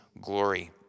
glory